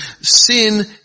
sin